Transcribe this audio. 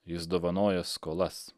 jis dovanoja skolas